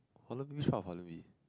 Holland-V shop of Holland-V